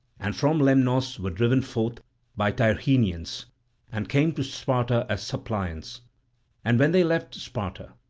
and from lemnos were driven forth by tyrrhenians and came to sparta as suppliants and when they left sparta,